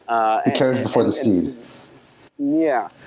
ah carriage before the steed yeah.